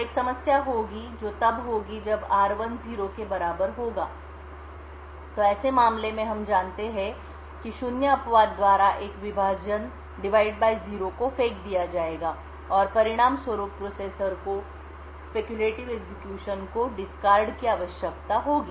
तो एक समस्या होगी जो तब होगी जब r1 0 के बराबर होगा तो ऐसे मामले में हम जानते हैं कि शून्य अपवाद द्वारा एक विभाजन डिवाइड बाय जीरो को फेंक दिया जाएगा और परिणामस्वरूप प्रोसेसर को सट्टा निष्पादनस्पेक्युलेटिव एग्जीक्यूशन को त्यागनेडिस्कार्ड की आवश्यकता होगी